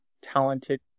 talented